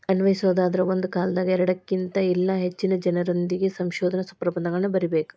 ಅನ್ವಯಿಸೊದಾದ್ರ ಒಂದ ಕಾಲದಾಗ ಎರಡಕ್ಕಿನ್ತ ಇಲ್ಲಾ ಹೆಚ್ಚಿನ ಜನರೊಂದಿಗೆ ಸಂಶೋಧನಾ ಪ್ರಬಂಧಗಳನ್ನ ಬರಿಬೇಕ್